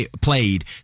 played